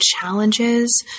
challenges